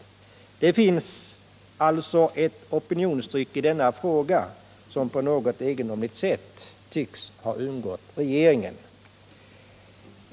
Det finns alltså ett opinionstryck i denna fråga som på något egendomligt sätt tycks ha undgått regeringen.